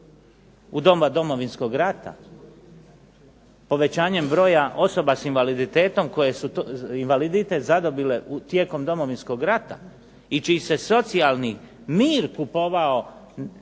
u doma Domovinskog rata povećanjem broja osoba s invaliditetom koje su invaliditet zadobile tijekom Domovinskog rata, i čiji se socijalni mir kupovao